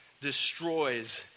destroys